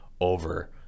over